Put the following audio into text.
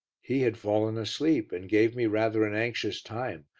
he had fallen asleep, and gave me rather an anxious time,